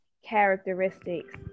characteristics